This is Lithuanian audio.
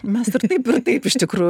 mes ir taip taip iš tikrųjų